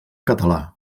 català